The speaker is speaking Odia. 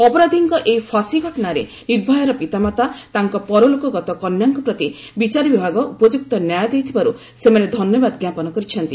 ଅପରାଧିଙ୍କ ଏହି ଫାଶୀ ଘଟଣାରେ ନିର୍ଭୟାର ପିତାମାତା ତାଙ୍କ ପରଲୋକ ଗତ କନ୍ୟାଙ୍କ ପ୍ରତି ବିଚାର ବିଭାଗ ଉପଯୁକ୍ତ ନ୍ୟାୟ ଦେଇଥିବାରୁ ସେମାନେ ଧନ୍ୟବାଦ ଜ୍ଞାପନ କରିଛନ୍ତି